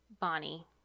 bonnie